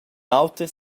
auters